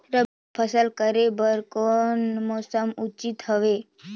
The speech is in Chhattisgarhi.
रबी फसल करे बर कोन मौसम उचित हवे?